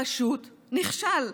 פשוט נכשל.